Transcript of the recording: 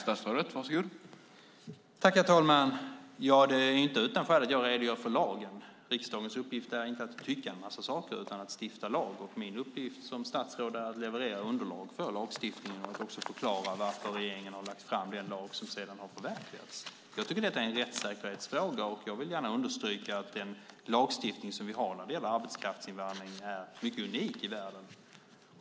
Herr talman! Det är inte utan skäl som jag redogör för lagen. Riksdagens uppgift är inte att tycka en massa saker utan att stifta lag, och min uppgift som statsråd är att leverera underlag för lagstiftning och också förklara varför regeringen har lagt fram den lag som sedan har förverkligats. Jag tycker att detta är en rättssäkerhetsfråga och vill gärna understryka att den lagstiftning som vi har när det gäller arbetskraftsinvandring är unik i världen.